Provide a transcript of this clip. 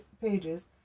pages